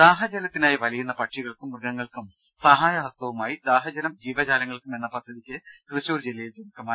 ദാഹജലത്തിനായി വലയുന്ന പക്ഷികൾക്കും മൃഗങ്ങൾക്കും സഹായഹസ്തവുമായി ദാഹജലം ജീവജാലങ്ങൾക്കും എന്ന പദ്ധതിക്ക് തൃശൂർ ജില്ലയിൽ തുടക്കമായി